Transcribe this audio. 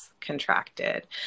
contracted